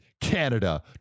Canada